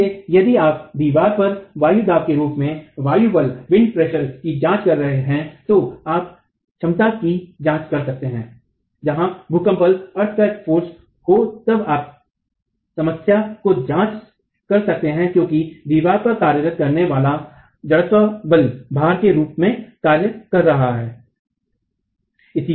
इसलिए यदि आप दीवार पर वायु दबाव के रूप में वायु बल की जांच कर रहे हैं तो आप क्षमता की जांच कर सकते हैं जहां भूकंप बल हो तब आप समस्या को जांच कर सकते हैं क्योंकि दीवार पर कार्य करने वाली जड़त्वीय बल भार के रूप में कार्य करता है